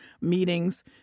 meetings